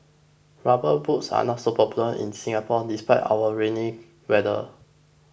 rubber boots are not popular in Singapore despite our rainy weather